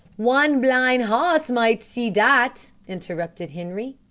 one blind hoss might see dat! interrupted henri.